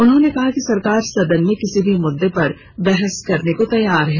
उन्होंने कहा कि सरकार सदन में किसी भी मुददे पर बहस करने को तैयार है